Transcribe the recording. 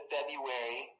February